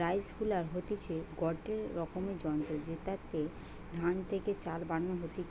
rice huller হতিছে গটে রকমের যন্ত্র জেতাতে ধান থেকে চাল বানানো হতিছে